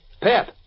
Pep